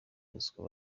ruswa